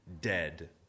dead